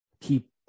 keep